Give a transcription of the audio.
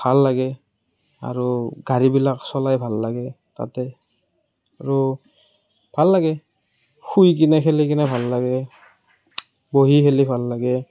ভাল লাগে আৰু গাড়ীবিলাক চলাই ভাল লাগে তাতে আৰু ভাল লাগে শুইকিনে খেলিকেনে ভাল লাগে বহি খেলি ভাল লাগে